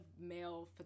male